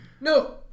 No